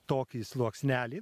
tokį sluoksnelį